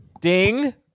Ding